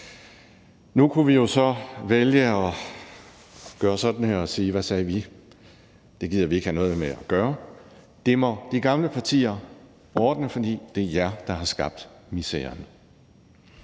Nu kunne vi jo så vælge at lægge armene over kors og sige: Hvad sagde vi? Det gider vi ikke have noget med at gøre. Det må de gamle partier ordne, for det er jer, der har skabt miseren.